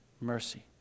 mercy